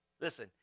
Listen